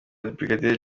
brig